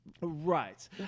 right